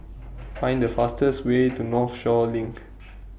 Find The fastest Way to Northshore LINK